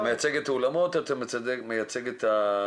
אתה מייצג את האולמות?